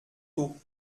tôt